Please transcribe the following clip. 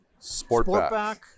Sportback